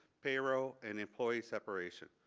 payroll and employee separation.